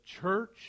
church